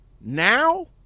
now